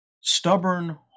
stubborn